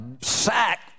sack